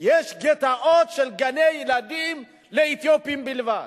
יש גטאות של גני-ילדים לאתיופים בלבד?